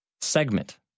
Segment